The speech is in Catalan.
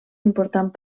important